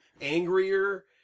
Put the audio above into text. angrier